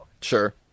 Sure